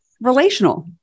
relational